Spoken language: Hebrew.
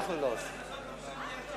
זה מה שאתם עושים.